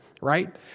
right